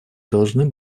должны